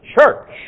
church